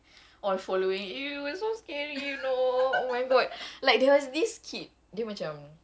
all following you it's so scary you know oh my god like there was this kid dia macam